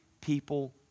people